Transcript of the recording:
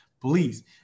please